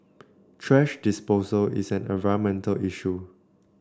thrash disposal is an environmental issue